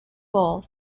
full